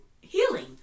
healing